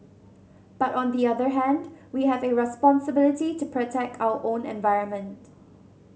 but on the other hand we have a responsibility to protect our own environment